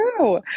true